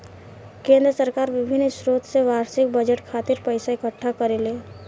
केंद्र सरकार बिभिन्न स्रोत से बार्षिक बजट खातिर पइसा इकट्ठा करेले